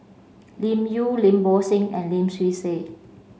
Lim Yau Lim Bo Seng and Lim Swee Say